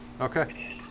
Okay